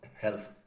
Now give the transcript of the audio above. health